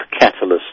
catalyst